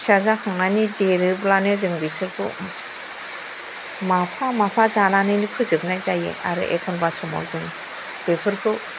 फिसा जाखांनानै देरोब्लानो जों बिसोरखौ माफा माफा जानानैनो फोजोबनाय जायो आरो एखनबा समाव जों बेफोरखौ